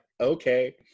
okay